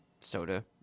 soda